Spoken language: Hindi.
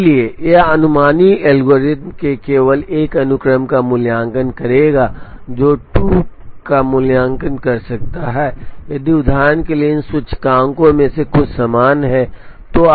इसलिए यह अनुमानी एल्गोरिथ्म केवल एक अनुक्रम का मूल्यांकन करेगा जो 2 का मूल्यांकन कर सकता है यदि उदाहरण के लिए इन सूचकांकों में से कुछ समान हैं